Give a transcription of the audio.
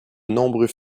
nombreux